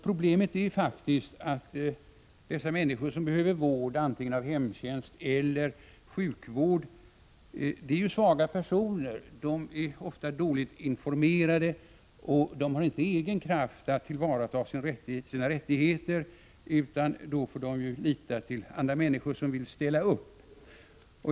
Problemet är faktiskt att dessa människor som behöver vård, antingen av hemtjänst eller av sjukvård, är svaga personer. De är ofta dåligt informerade och har inte egen kraft att tillvarata sina rättigheter utan får lita till andra människor som vill ställa upp.